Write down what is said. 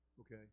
Okay